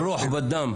"ברוח, בדם".